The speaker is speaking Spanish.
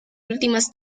últimas